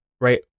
right